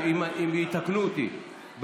אם יתקנו אותי,